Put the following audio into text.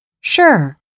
Sure